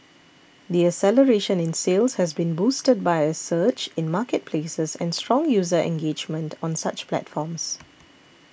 the acceleration in sales has been boosted by a surge in marketplaces and strong user engagement on such platforms